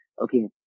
okay